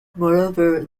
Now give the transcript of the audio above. moreover